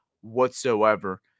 whatsoever